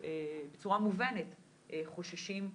בצורה מובנת, חוששים.